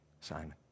Simon